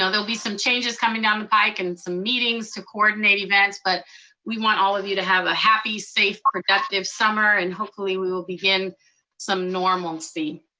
you know there'll be some changes coming down the pike, and some meetings to coordinate events, but we want all of you to have a happy, safe, productive summer. and hopefully we will begin some normalcy.